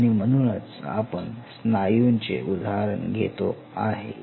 आणि म्हणूनच आपण स्नायूंचे उदाहरण घेतो आहे